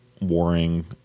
warring